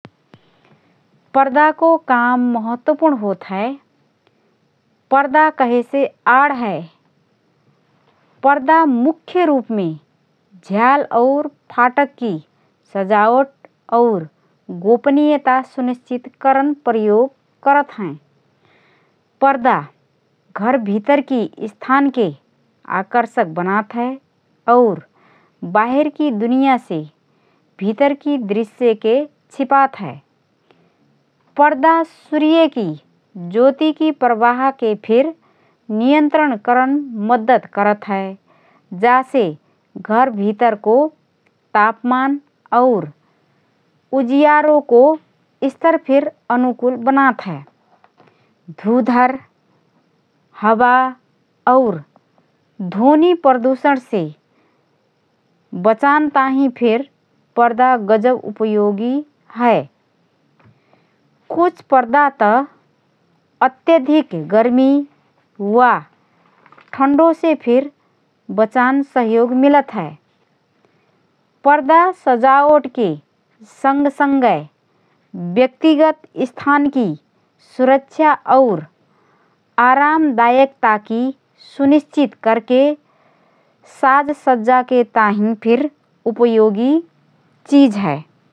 पर्दाको काम महत्त्वपूर्ण होत हए। पर्दा कहेसे आड हए। पर्दा मुख्य रूपमे झ्याल और फाटककी सजावट और गोपनीयता सुनिश्चित करन प्रयोग करत हएँ । पर्दा घर भितरकी स्थानके आकर्षक बनात हए और बाहिरकी दुनियाँसे भितरकी दृश्यके छिपात हए । पर्दा सूर्यकी ज्योतीकी प्रवाहके फिर नियन्त्रण करन मद्दत करत हए । जासे घर भितरको तापमान और उजियारोको स्तर फिर अनुकूल बनात हए । धुधर, हावा और ध्वनि प्रदूषणसे बचान ताहिँ फिर पर्दा गजब उपयोगी हए । कुछ पर्दा त अत्यधिक गर्मी वा ठण्डोसे फिर बचान सहयोग मिलत हए । पर्दा सजावटके सँगसँग व्यक्तिगत स्थानकी सुरक्षा और आरामदायकताकी सुनिश्चित करके साजसज्जाके ताहिँ फिर उपयोगी चिज हए ।